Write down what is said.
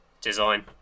design